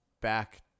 back